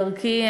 בדרכי,